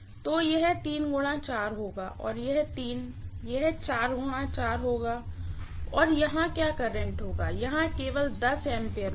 तो यह होगा और यह होगा यह होगा और यहाँ क्या करंट होगा करंट केवल A होगा